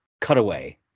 cutaway